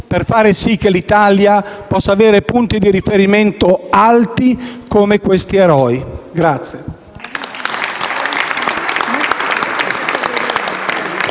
per far sì che l'Italia possa avere punti di riferimento alti come questi eroi.